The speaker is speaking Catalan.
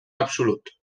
absolut